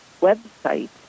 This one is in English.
website